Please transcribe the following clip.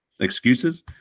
excuses